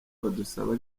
badusaba